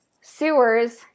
sewers